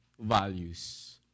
values